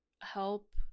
help